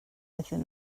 iddyn